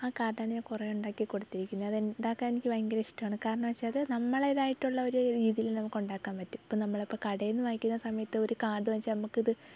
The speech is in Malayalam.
ആ കാർഡ് ഞാൻ കുറേ ഉണ്ടാക്കി കൊടുത്തിരിക്കുന്നത് അത് ഉണ്ടാക്കാൻ എനിക്ക് ഭയങ്കര ഇഷ്ടമാണ് കാരണം എന്ന് വെച്ചാൽ നമ്മുടേതായിട്ടുള്ള ഒരു രീതിയിൽ നമുക്കുണ്ടാക്കാൻ പറ്റും ഇപ്പം നമ്മളിപ്പം കടയിൽനിന്ന് വാങ്ങിക്കുന്ന സമയത്ത് ഒരു കാർഡ് വെച്ചാൽ നമുക്കിത്